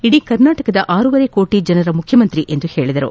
ಇಡೀ ಕರ್ನಾಟಕದ ಆರೂವರೆ ಕೋಟಿ ಜನರ ಮುಖ್ಯಮಂತ್ರಿ ಎಂದು ಹೇಳಿದರು